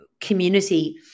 community